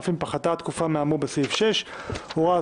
אף אם פחתה התקופה מהאמור בסעיף 6. הוראה